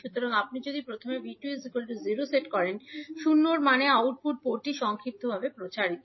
সুতরাং আপনি যদি প্রথমে 𝐕2 0 সেট করেন 𝟎 মানে আউটপুট পোর্টটি সংক্ষিপ্তভাবে প্রচারিত